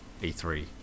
E3